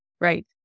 right